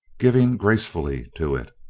giving gracefully to it.